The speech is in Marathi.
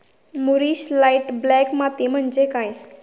मूरिश लाइट ब्लॅक माती म्हणजे काय?